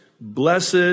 Blessed